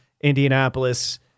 Indianapolis